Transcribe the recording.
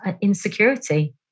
insecurity